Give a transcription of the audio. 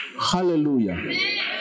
Hallelujah